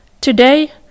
Today